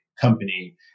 company